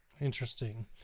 Interesting